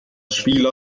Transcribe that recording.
spieler